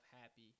happy